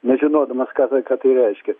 nežinodamas ką tai ką tai reiškia